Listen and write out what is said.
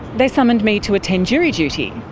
they summoned me to attend jury duty.